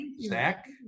Zach